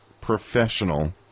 professional